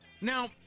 Now